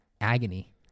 agony